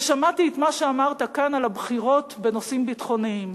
ושמעתי את מה שאמרת כאן על הבחירות בנושאים ביטחוניים.